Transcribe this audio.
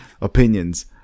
opinions